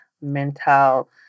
mental